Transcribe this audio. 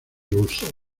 rousseau